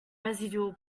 residual